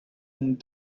and